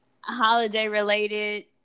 holiday-related